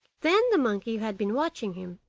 then the monkey, who had been watching him,